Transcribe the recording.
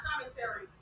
commentary